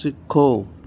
ਸਿੱਖੋ